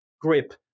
grip